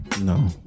no